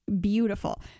beautiful